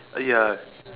!aiya!